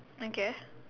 I guess